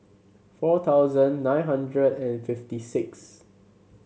four thousand nine hundred and fifty six